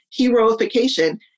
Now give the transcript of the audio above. heroification